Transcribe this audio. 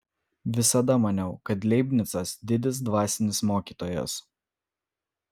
visada maniau kad leibnicas didis dvasinis mokytojas